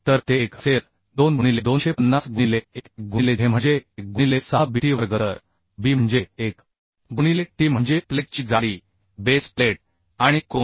तर ते 1 असेल 2 गुणिले 250 गुणिले 1 1 गुणिले zeम्हणजे 1 गुणिले 6 Bt वर्ग तर B म्हणजे 1 गुणिले t म्हणजे प्लेटची जाडी बेस प्लेट आणि कोन